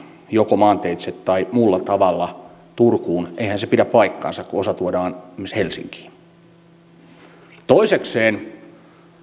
joko maanteitse tai muulla tavalla turkuun pidä paikkaansa kun osa tuodaan esimerkiksi helsinkiin toisekseen